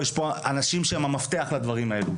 יש כאן אנשים שהם המפתח לדברים האלה.